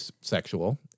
sexual